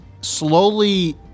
slowly